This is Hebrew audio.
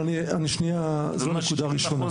זו נקודה ראשונה.